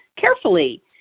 carefully